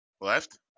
Left